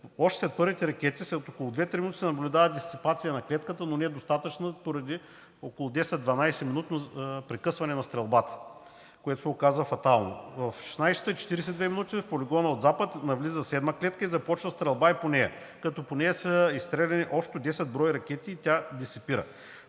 Още след първите ракети след около 2 – 3 минути се наблюдава дисипация на клетката, но не е достатъчна поради около 10 – 12-минутно прекъсване на стрелбата, което се оказва фатално. В 16,42 ч. в полигона от запад навлиза седма клетка и започва стрелба и по нея, като по нея са изстреляни общо 10 броя ракети и тя също дисипира.